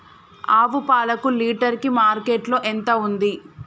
ఆవు పాలకు లీటర్ కి మార్కెట్ లో ఎంత ఉంది?